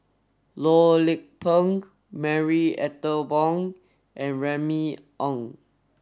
Loh Lik Peng Marie Ethel Bong and Remy Ong